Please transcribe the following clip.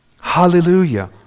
Hallelujah